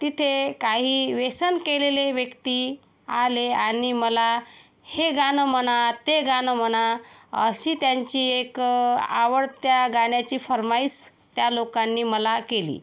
तिथे काही व्यसन केलेले व्यक्ती आले आणि मला हे गाणं म्हणा ते गाणं म्हणा अशी त्यांची एक आवडत्या गाण्याची फर्माइश त्या लोकांनी मला केली